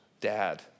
dad